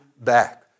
back